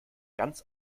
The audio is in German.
ganz